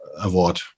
Award